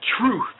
truth